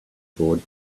bored